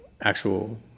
actual